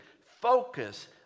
focus